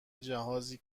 جهازی